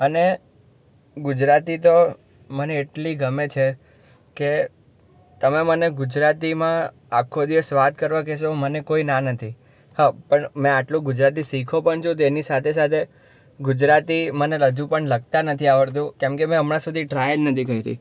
અને ગુજરાતી તો મને એટલી ગમે છે કે તમે મને ગુજરાતીમાં આખો દિવસ વાત કરવા કહેશો મને કોઈ ના નથી હા પણ મેં આટલું ગુજરાતી શીખ્યો પણ છું તો એની સાથે સાથે ગુજરાતી મને હજુ પણ લખતા નથી આવડતું કેમ કે મેં હમણાં સુધી ટ્રાય જ નથી કરી